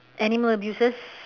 animal abuses